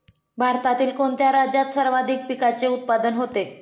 भारतातील कोणत्या राज्यात सर्वाधिक पिकाचे उत्पादन होते?